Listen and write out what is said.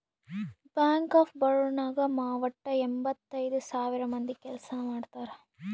bank of Baroda ನಾಗ್ ವಟ್ಟ ಎಂಭತ್ತೈದ್ ಸಾವಿರ ಮಂದಿ ಕೆಲ್ಸಾ ಮಾಡ್ತಾರ್